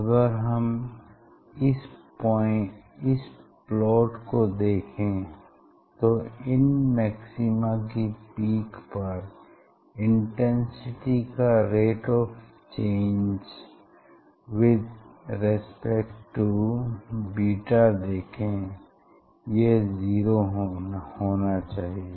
अगर हम इस प्लॉट को देखें तो इन मक्सिमा की पीक पर इंटेंसिटी का rate of change with respect to beta देखें यह जीरो होना चाहिए